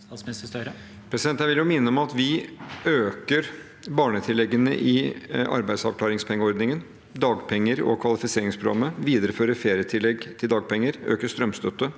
Statsminister Jonas Gahr Støre Jeg vil minne om at vi øker barnetilleggene i arbeidsavklaringspengeordningen, dagpenger og kvalifiseringsprogrammet, viderefører ferietillegg til dagpenger, øker strømstøtte